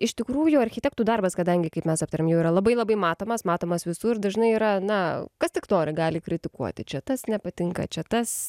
iš tikrųjų architektų darbas kadangi kaip mes aptarėm jau yra labai labai matomas matomas visur dažnai yra na kas tik nori gali kritikuoti čia tas nepatinka čia tas